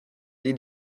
die